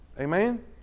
Amen